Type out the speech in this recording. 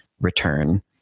return